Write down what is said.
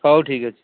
ହଉ ଠିକ୍ ଅଛି